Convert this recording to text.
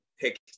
picked